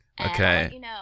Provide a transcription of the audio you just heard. Okay